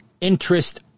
interest